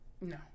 No